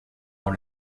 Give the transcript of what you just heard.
dans